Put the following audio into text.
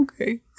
okay